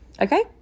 okay